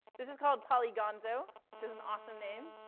this is called polygonzo, which is an awesome name.